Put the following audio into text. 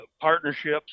partnerships